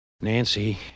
Nancy